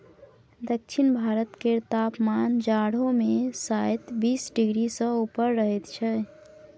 दक्षिण भारत केर तापमान जाढ़ो मे शाइत बीस डिग्री सँ ऊपर रहइ छै